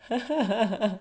I